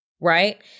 Right